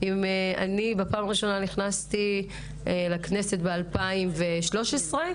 בפעם ראשונה נכנסתי לכנסת ב-2013,